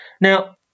Now